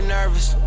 nervous